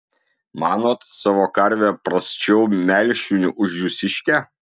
manot savo karvę prasčiau melšiu už jūsiškę